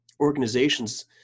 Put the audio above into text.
organizations